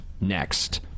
Next